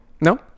no